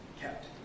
kept